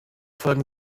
folgen